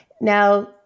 Now